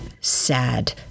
sad